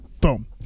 boom